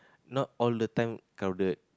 not all the time crowded